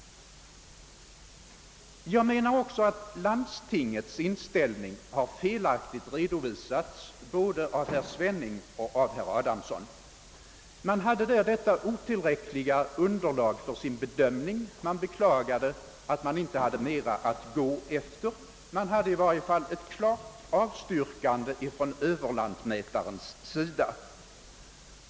Jag menar också att landstingets inställning har redovisats felaktigt både av herr Svenning och av herr Adamsson. Man hade i landstinget otillräckligt underlag för sin bedömning, och man beklagade att man inte hade mer att gå efter, men det förelåg i varje fall ett klart avstyrkande från överlantmätarens sida.